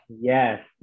Yes